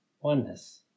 oneness